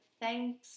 thanks